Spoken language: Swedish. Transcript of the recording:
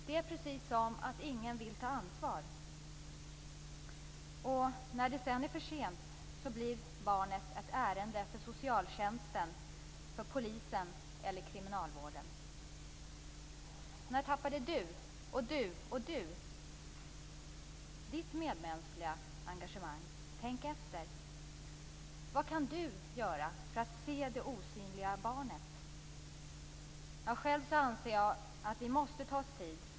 Det är precis som om ingen vill ta ansvar, och när det är försent blir barnet ett ärende för socialtjänsten, polisen eller kriminalvården. När tappade du ditt medmänskliga engagemang? Tänk efter! Vad kan du göra för att se det osynliga barnet? Själv anser jag att vi måste ta oss tid.